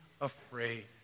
Afraid